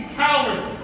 cowards